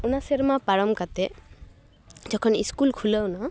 ᱚᱱᱟ ᱥᱮᱨᱢᱟ ᱯᱟᱨᱚᱢ ᱠᱟᱛᱮ ᱡᱚᱠᱷᱚᱱ ᱤᱥᱠᱩᱞ ᱠᱷᱩᱞᱟᱹᱣ ᱮᱱᱟ